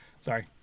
Sorry